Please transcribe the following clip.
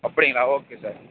அப்படிங்களா okay sir